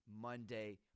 Monday